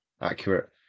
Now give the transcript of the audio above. accurate